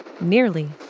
Nearly